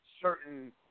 certain